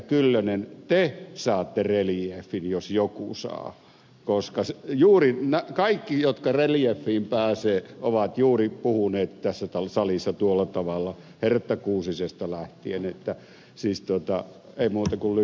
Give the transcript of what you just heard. kyllönen te saatte reliefin jos joku saa koska kaikki jotka reliefiin pääsevät ovat juuri puhuneet tässä salissa tuolla tavalla hertta kuusisesta lähtien että ei siis muuta kuin lycka till vaan